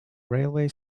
railway